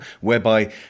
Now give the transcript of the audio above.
whereby